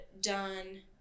done